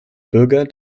bürger